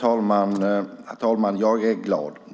Herr talman!